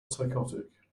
psychotic